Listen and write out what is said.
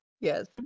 Yes